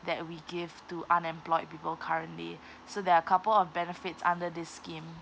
that we give to unemployed people currently so there are a couple of benefits under this scheme